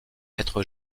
être